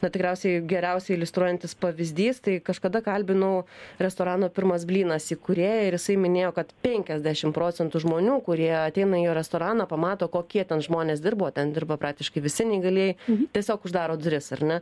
na tikriausiai geriausiai iliustruojantis pavyzdys tai kažkada kalbinau restorano pirmas blynas įkūrėją ir jisai minėjo kad penkiasdešim procentų žmonių kurie ateina į jo restoraną pamato kokie ten žmonės dirba o ten dirba praktiškai visi neįgalieji tiesiog uždaro duris ar ne